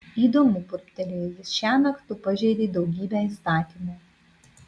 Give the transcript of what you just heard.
įdomu burbtelėjo jis šiąnakt tu pažeidei daugybę įstatymų